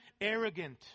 arrogant